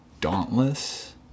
Dauntless